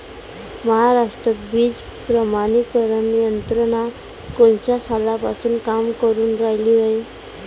महाराष्ट्रात बीज प्रमानीकरण यंत्रना कोनच्या सालापासून काम करुन रायली हाये?